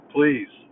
Please